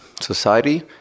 society